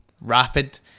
rapid